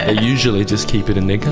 ah usually just keep it in their